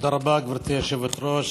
תודה רבה, גברתי היושבת-ראש.